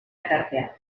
elkarteak